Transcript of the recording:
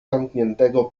zamkniętego